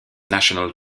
national